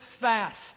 fast